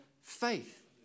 faith